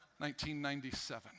1997